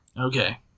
Okay